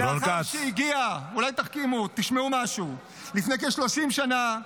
אולי תחכימו, תשמעו משהו: לפני 30 שנה,